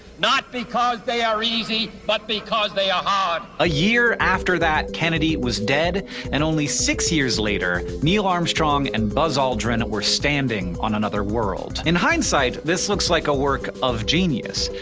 not because they are easy but because they are hard. hank a year after that kennedy was dead and only six years later neil armstrong and buzz aldrin were standing on another world. in hindsight this looks like a work of genius,